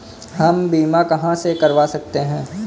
हम बीमा कहां से करवा सकते हैं?